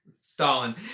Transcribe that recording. Stalin